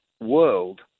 world